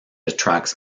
attracts